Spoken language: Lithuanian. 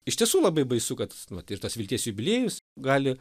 iš tiesų labai baisu kad nu vat ir tas vilties jubiliejus gali